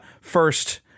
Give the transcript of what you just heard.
first